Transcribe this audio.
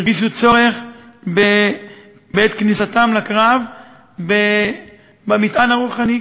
הרגישו צורך בעת כניסתם לקרב במטען הרוחני.